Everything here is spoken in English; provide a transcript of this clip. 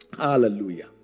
Hallelujah